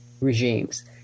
regimes